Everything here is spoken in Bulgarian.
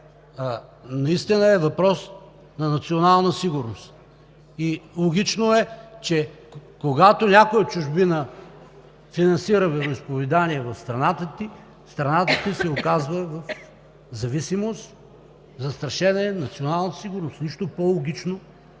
наистина е въпрос на национална сигурност и е логично, когато някой от чужбина финансира вероизповедание в страната ти, тя се оказва в зависимост, застрашена е националната сигурност. Няма нищо по-логично